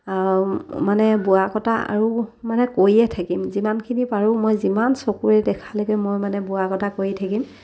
মানে ধৰি লওক নিজে শিকিলোঁ যেতিয়া আনকো শিকালোঁ আনেও শিকিলে